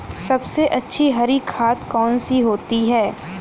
सबसे अच्छी हरी खाद कौन सी होती है?